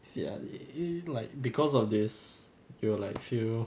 see ah it's like because of this you will like feel